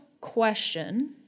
question